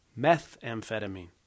methamphetamine